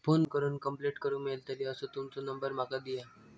Phone करून complaint करूक मेलतली असो तुमचो नंबर माका दिया?